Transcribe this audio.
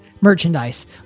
merchandise